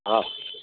हा